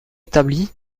établi